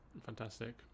fantastic